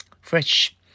Fresh